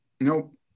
Nope